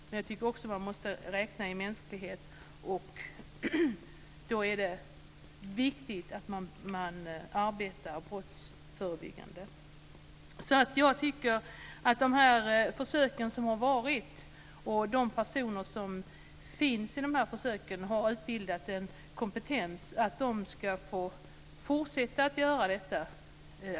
Men jag tycker också att man måste räkna i mänsklighet. Då är det viktigt att man arbetar brottsförebyggande. Jag tycker att de försök som har varit är bra och att de personer som finns i försöken och har utbildat en kompetens ska få fortsätta att göra detta.